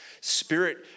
spirit